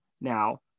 Now